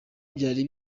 byari